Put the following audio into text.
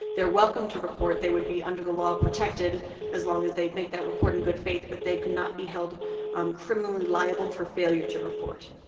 they're welcome to report. they would be under the law protected as long as they make that report in good faith, but they could not be held um criminally liable for failure to report.